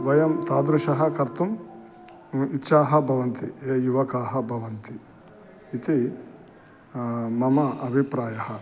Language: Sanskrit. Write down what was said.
वयं तादृशान् कर्तुं इच्छाः भवन्ति ये युवकाः भवन्ति इति मम अभिप्रायः